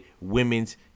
Women's